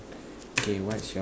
okay what's your